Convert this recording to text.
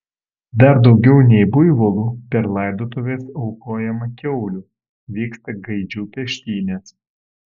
dar daugiau nei buivolų per laidotuves aukojama kiaulių vyksta gaidžių peštynės